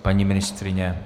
Paní ministryně?